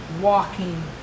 walking